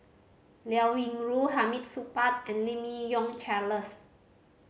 Liao Yingru Hamid Supaat and Lim Yi Yong Charles